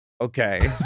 Okay